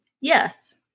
yes